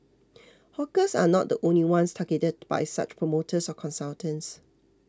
hawkers are not the only ones targeted by such promoters or consultants